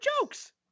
jokes